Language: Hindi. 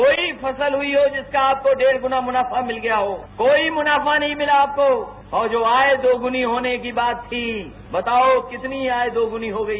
कोई फसल हुई है जिसका आपको डेढ़ गुना मुनाफा मिल गया हो कोई मुनाफा नहीं मिला आपको और जो आय दोगुनी होने की बात थी बताओं कितनी आय दोगुनी हो गई